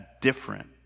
different